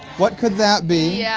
what could that be? yeah